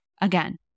Again